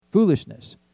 foolishness